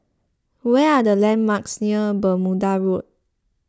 where are the landmarks near Bermuda Road